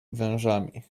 wężami